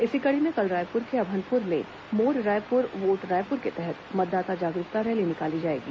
इसी कड़ी में कल रायपुर के अभनपुर में मोर रायपुर वोट रायपुर के तहत मतदाता जागरूकता रैली निकाली जाएगी